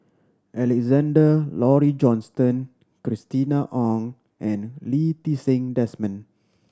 Alexander Laurie Johnston Christina Ong and Lee Ti Seng Desmond